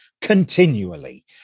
continually